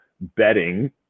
betting